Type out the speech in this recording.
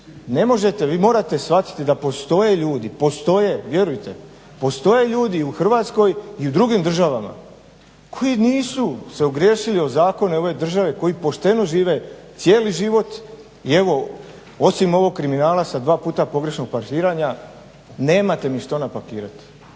Ne možete, vi morate shvatiti da postoje ljudi, postoje vjerujte mi. Postoje ljudi u Hrvatskoj i u drugim državama koji nisu se ogriješili u zakone ove države, koji pošteno žive cijeli život. I evo, osim ovog kriminala sa dva puta pogrešnog parkiranja nemate mi što napakirati